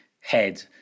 head